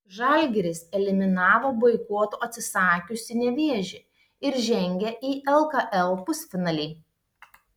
žalgiris eliminavo boikoto atsisakiusį nevėžį ir žengė į lkl pusfinalį